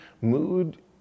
mood